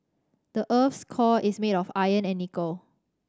the earth's core is made of iron and nickel